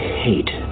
hate